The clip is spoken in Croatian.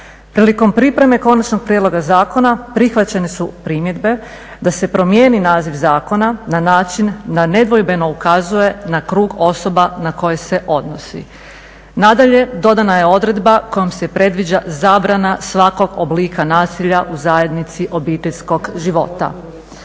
Prilikom pripreme konačnog prijedloga zakona prihvaćene su primjedbe da se promijeni naziv zakona na način da nedvojbeno ukazuje na krug osoba na koje se odnosi. Nadalje, dodana je odredba kojom se predviđa zabrana svakog oblika nasilja u zajednici obiteljskog života.